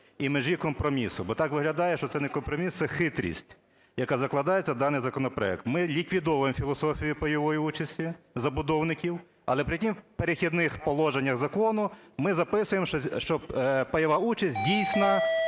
і межі компромісу, бо так виглядає, що це не компроміс, це хитрість, яка закладається в даний законопроект. Ми ліквідовуємо філософію пайової участі забудовників, але при тому в "Перехідних положеннях" закону ми записуємо, що пайова участь дійсна